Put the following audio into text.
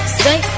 say